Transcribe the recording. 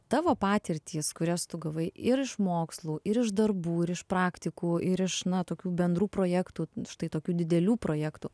tavo patirtys kurias tu gavai ir iš mokslų ir iš darbų ir iš praktikų ir iš na tokių bendrų projektų štai tokių didelių projektų